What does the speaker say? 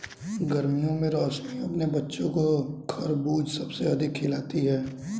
गर्मियों में रोशनी अपने बच्चों को खरबूज सबसे अधिक खिलाती हैं